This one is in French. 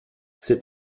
ces